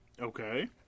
Okay